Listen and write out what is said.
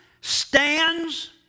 stands